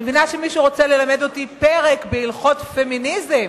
אני מבינה שמישהו רוצה ללמד אותי פרק בהלכות פמיניזם,